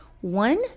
One